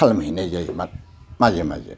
खालामहैनाय जायो माजे माजे